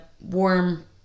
warm